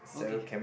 okay